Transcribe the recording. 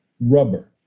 rubber